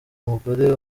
umugore